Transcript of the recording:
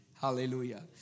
Hallelujah